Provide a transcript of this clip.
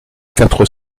quatre